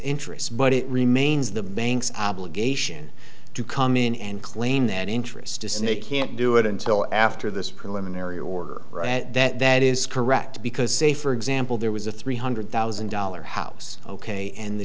interest but it remains the banks obligation to come in and claim that interest isn't a can't do it until after this preliminary order that that is correct because say for example there was a three hundred thousand dollars house ok and the